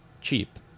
cheap